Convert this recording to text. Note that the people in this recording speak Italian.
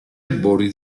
albori